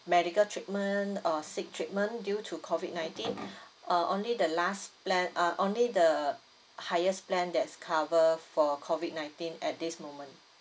medical treatment or seek treatment due to COVID nineteen uh only the last plan uh only the highest plan that's cover for COVID nineteen at this moment